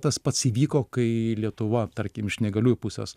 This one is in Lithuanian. tas pats įvyko kai lietuva tarkim iš neįgaliųjų pusės